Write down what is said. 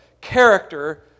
character